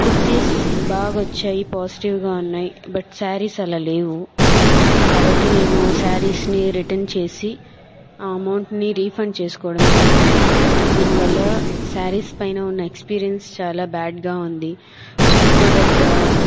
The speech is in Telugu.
కుర్తీస్ బాగా వచ్చాయి పాజిటివ్ గా ఉన్నాయి బట్ శారీస్ అలా లేవు కాబట్టి నేను శారీస్ ని రిటర్న్ చేసి ఆ అమౌంట్ ని రిఫండ్ చేసుకోవడం జరిగింది దీని వల్ల శారీస్ పైన ఉన్న ఎక్స్పీరియన్స్ చాలా బ్యాడ్ గా ఉంది చెప్పుకోదగ్గా